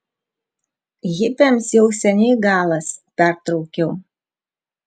hipiams jau seniai galas pertraukiau